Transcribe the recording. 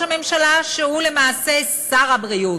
ובראש הממשלה שהוא למעשה שר הבריאות: